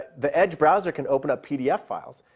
the edge browser can open up pdf file.